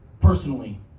personally